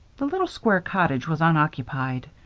the little square cottage was unoccupied.